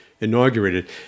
inaugurated